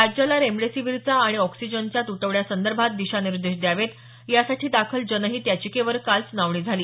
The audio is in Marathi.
राज्याला रेमेडिसीवीरचा आणि ऑक्सिजनच्या तुटवड्यासंदर्भात दिशानिर्देश द्यावेत यासाठी दाखल जनहित याचिकेवर काल सुनावणी झाली